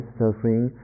suffering